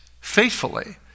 faithfully